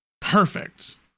perfect